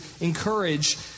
encourage